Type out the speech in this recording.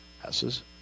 passes